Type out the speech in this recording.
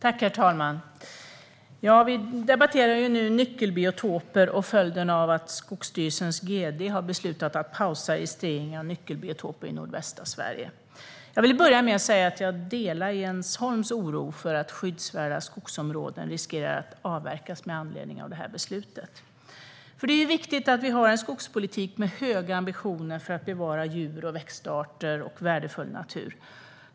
Herr talman! Vi debatterar nu nyckelbiotoper och följden av att Skogsstyrelsens gd har beslutat att pausa registreringen av nyckelbiotoper i nordvästra Sverige. Jag vill börja med att säga att jag delar Jens Holms oro för att skyddsvärda skogsområden riskerar att avverkas med anledning av det här beslutet. Det är viktigt att vi har en skogspolitik med höga ambitioner för att bevara djur och växtarter och värdefull natur.